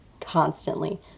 constantly